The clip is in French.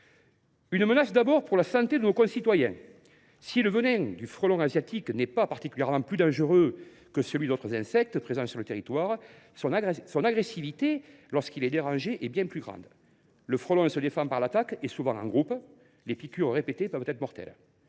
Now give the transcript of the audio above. une menace, d’abord, pour la santé de nos concitoyens : si son venin n’est pas particulièrement plus dangereux que celui d’autres insectes présents sur le territoire, son agressivité, lorsqu’il est dérangé, est bien plus grande. Il se défend par l’attaque, souvent en groupe, et les piqûres répétées peuvent être mortelles.